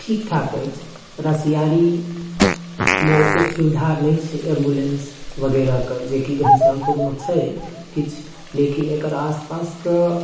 ठीक ठाक अछि रसिआरीमे ओतेक सुविधा नहि छै एम्बुलेन्स वगैरहके जे कि घनश्यामपुरमे छै किछु लेकिन एकर आसपासके